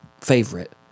favorite